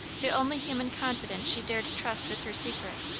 the only human confident she dared trust with her secret.